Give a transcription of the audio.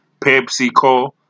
pepsico